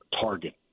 target